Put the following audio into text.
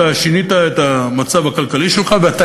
אתה שינית את המצב הכלכלי שלך ואתה